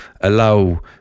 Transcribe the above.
allow